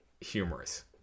humorous